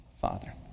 Father